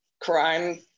crime